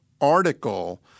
article